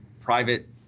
private